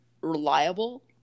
reliable